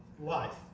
life